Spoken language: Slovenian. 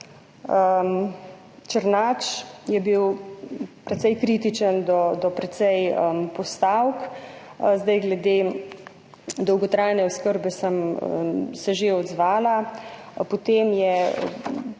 Černač je bil precej kritičen do precej postavk. Glede dolgotrajne oskrbe sem se že odzvala. Potem je